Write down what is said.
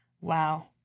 wow